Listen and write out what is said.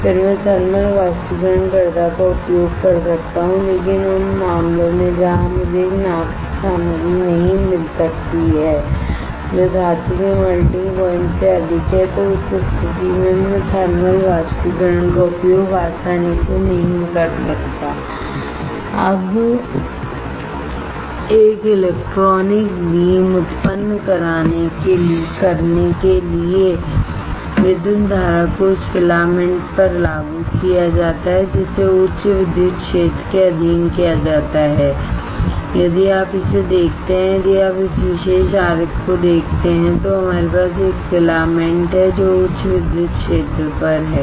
फिर मैं थर्मल बाष्पीकरण कर्ता का उपयोग कर सकता हूं लेकिन उन मामलों में जहां मुझे एक नाव की सामग्री नहीं मिल सकती है जो धातु के मेल्टिंग प्वाइंट से अधिक है तो उस स्थिति में मैं थर्मल बाष्पीकरण का उपयोग आसानी से नहीं कर सकता अब एक इलेक्ट्रॉनिक बीम उत्पन्न करने के लिए विद्युत धारा को उस फिलामेंट पर लागू किया जाता है जिसे उच्च विद्युत क्षेत्र के अधीन किया जाता है यदि आप इसे देखते हैं यदि आप इस विशेष आरेख को देखते हैं तो हमारे पास एक फिलामेंट है जो उच्च विद्युत क्षेत्र पर है